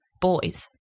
boys